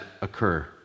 occur